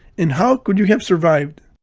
and how could you have survived?